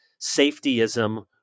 safetyism